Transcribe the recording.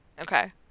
Okay